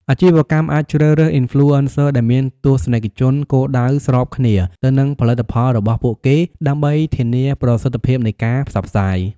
អាជីវកម្មអាចជ្រើសរើស អុីនផ្លូអេនសឹ ដែលមានទស្សនិកជនគោលដៅស្របគ្នាទៅនឹងផលិតផលរបស់ពួកគេ ដើម្បីធានាប្រសិទ្ធភាពនៃការផ្សព្វផ្សាយ។